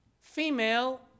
female